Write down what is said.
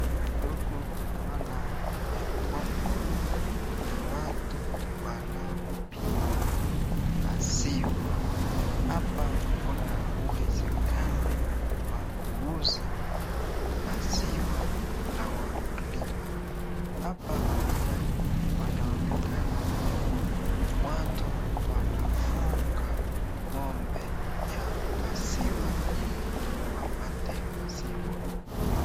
Huku naona ya kwamba kuna watu wanaopima maziwa, hapa kuna uwezekane wa kuuza maziwa na wa kulima .Apa pia wanaonekana kua watu wanafunga ng'ombe ya maziwa ,ili wapate maziwa.